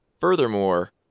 Furthermore